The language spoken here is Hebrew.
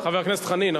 חבר הכנסת חנין,